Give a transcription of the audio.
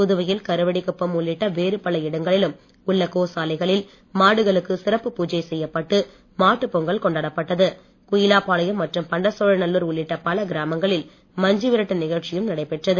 புதுவையில் கருவடிக்குப்பம் உள்ளிட்ட வேறுபல இடங்களில் உள்ள கோசாலைகளில் மாடுகளுக்கு சிறப்பு பூஜைசெய்யப்பட்டு குயிலாப்பாளையம் மற்றும் பண்டசோழநல்லுர் உள்ளிட்ட பல கிராமங்களில் மஞ்சு விரட்டு நிகழ்ச்சியும் நடைபெற்றது